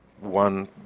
one